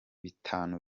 bitanu